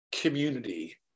community